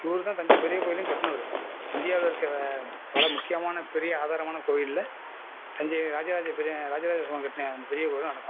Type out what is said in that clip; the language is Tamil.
இவர்தான் தஞ்சை பெரிய கோயிலையும் கட்டினவரு இந்தியாவில் இருக்க பல முக்கியமான பெரிய ஆதாரமான கோவிலில் தஞ்சை ராஜராஜ சோழன் ராஜராஜ சோழன் கட்டின அந்த பெரிய கோயிலும் அடக்கம்